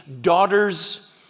daughters